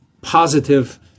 positive